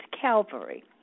Calvary